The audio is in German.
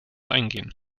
eingehen